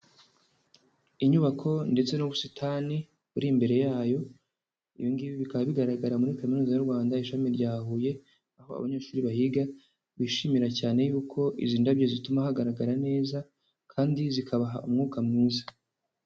Inyubako ndetse n'ubusitani buri imbere yayo, ibi ngibi bikaba bigaragara muri Kaminuza y'u Rwanda ishami rya Huye, aho abanyeshuri bahiga bishimira cyane y'uko izi ndabyo zituma hagaragara neza kandi zikabaha umwuka mwiza.